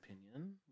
opinion